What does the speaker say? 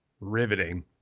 riveting